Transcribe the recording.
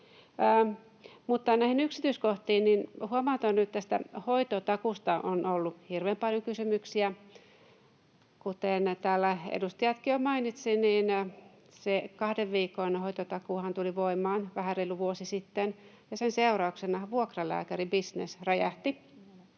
Näihin yksityiskohtiin huomautan nyt, kun tästä hoitotakuusta on ollut hirveän paljon kysymyksiä, että kuten täällä edustajatkin jo mainitsivat, se kahden viikon hoitotakuuhan tuli voimaan vähän reilu vuosi sitten ja sen seurauksena vuokralääkäribisnes räjähti.